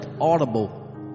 audible